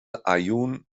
aaiún